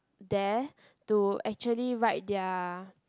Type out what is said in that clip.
there to actually write their